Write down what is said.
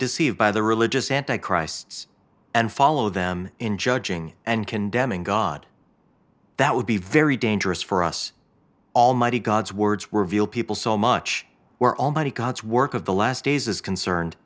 deceived by the religious anti christs and follow them in judging and condemning god that would be very dangerous for us almighty god's words reveal people so much we're already god's work of the last days is concerned